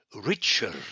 richer